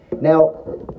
Now